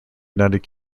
united